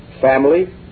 family